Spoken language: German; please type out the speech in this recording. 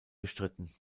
bestritten